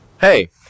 Hey